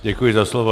Děkuji za slovo.